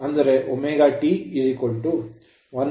ಅಂದರೆ ωT 1 - s ωsT